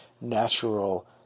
natural